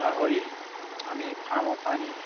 গাহৰি আমি ফাৰ্মৰ পৰা আনি